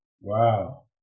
Wow